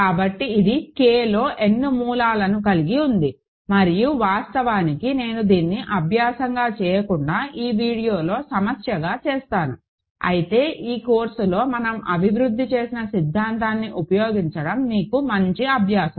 కాబట్టి ఇది K లో n మూలాలను కలిగి ఉంది మరియు వాస్తవానికి నేను దీన్ని అభ్యాసంగా చేయకుండా ఈ వీడియోలో సమస్యగా చేస్తాను అయితే ఈ కోర్సులో మనం అభివృద్ధి చేసిన సిద్ధాంతాన్ని ఉపయోగించడం మీకు మంచి అభ్యాసం